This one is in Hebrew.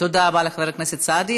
תודה רבה לחבר הכנסת סעדי.